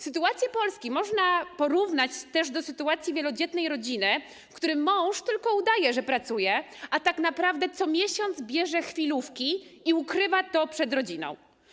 Sytuację Polski można porównać też do sytuacji wielodzietnej rodziny, w której mąż tylko udaje, że pracuje, a tak naprawdę co miesiąc bierze chwilówki i ukrywa to przed rodziną.